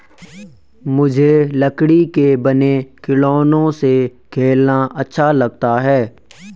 मुझे लकड़ी के बने खिलौनों से खेलना अच्छा लगता है